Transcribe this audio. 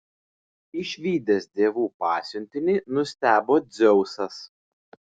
išvydęs dievų pasiuntinį nustebo dzeusas